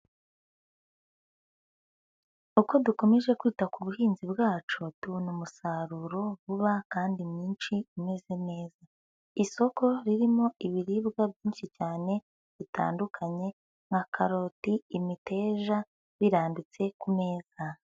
Uko dukomeje kwita ku buhinzi bwacu tubona umusaruro vuba kandi mwinshi umeze neza, isoko ririmo ibiribwa byinshi cyane bitandukanye nka karoti, imiteja, biraranmbitse ku meza.